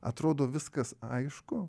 atrodo viskas aišku